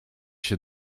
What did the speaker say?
się